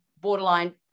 borderline